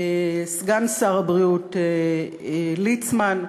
סגן שר הבריאות ליצמן,